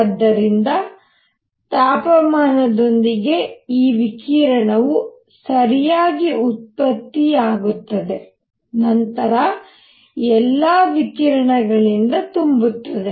ಆದ್ದರಿಂದ ತಾಪಮಾನದೊಂದಿಗೆ ಈ ವಿಕಿರಣವು ಸರಿಯಾಗಿ ಉತ್ಪತ್ತಿಯಾಗುತ್ತದೆ ನಂತರ ಎಲ್ಲಾ ವಿಕಿರಣಗಳಿಂದ ತುಂಬುತ್ತದೆ